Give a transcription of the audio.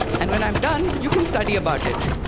and when i'm done, you can study about it.